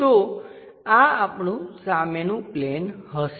તો આ આપણું સામેનું પ્લેન હશે